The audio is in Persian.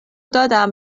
دادم